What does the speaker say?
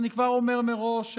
אני כבר אומר מראש,